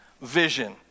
vision